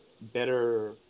better